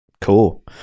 Cool